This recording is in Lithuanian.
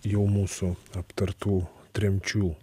jau mūsų aptartų tremčių